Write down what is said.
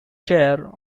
chair